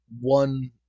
one